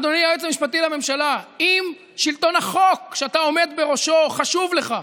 אדוני היועץ המשפטי לממשלה: אם שלטון החוק שאתה עומד בראשו חשוב לך,